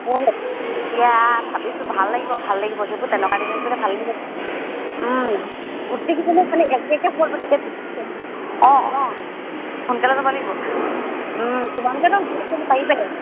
তেতিয়া ভাবিছোঁ ভাল লাগিব ভাল লাগিব সেইবোৰ তেনেকুৱা ডিজাইন কৰিলে ভাল লাগিব গোটেইকেইজনীয়ে খালি একে একে হ'ব লাগিব তেতিয়া বেছি অঁ অঁ সোনকালে যাব লাগিব তোমালোকেতো ওচৰৰ ছোৱালী পাৰিবাই